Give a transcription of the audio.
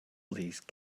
these